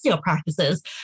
practices